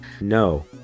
no